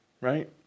right